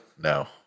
No